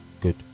Good